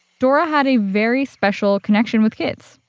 dora had a very special connection with kids,